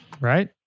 Right